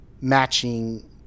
matching